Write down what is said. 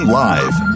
live